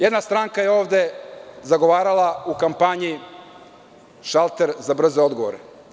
Jedna stranka je ovde zagovarala u kampanji šalter za brze odgovore.